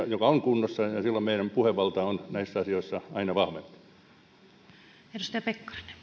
joka on kunnossa ja ja silloin meidän puhevaltamme on näissä asioissa aina vahvempi